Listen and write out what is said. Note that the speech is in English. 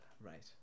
right